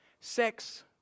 Sex